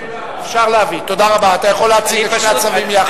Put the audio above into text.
אתה יכול להציג את שני הצווים יחד.